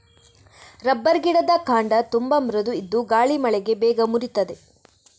rubber ಗಿಡದ ಕಾಂಡ ತುಂಬಾ ಮೃದು ಇದ್ದು ಗಾಳಿ ಮಳೆಗೆ ಬೇಗ ಮುರೀತದೆ